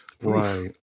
right